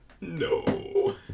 no